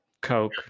Coke